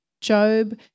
Job